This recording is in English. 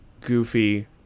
Goofy